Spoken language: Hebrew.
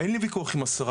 אין לי ויכוח עם השרה,